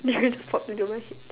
durian popped into my head